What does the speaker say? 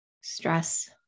stress